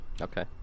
Okay